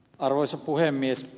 arvoisa puhemies